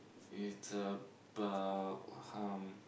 it's about um